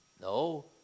No